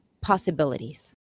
possibilities